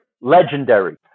Legendary